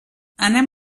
anem